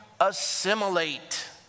assimilate